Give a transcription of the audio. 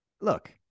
look